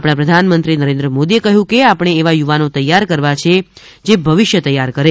આપણા પ્રધાનમંત્રી શ્રી નરેન્દ્રમોદીએ કહ્યું કે કે આપણે એવા યુવાનો તૈયાર કરવા છે કે ભવિષ્ય તૈયાર કરે